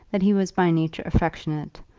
that he was by nature affectionate,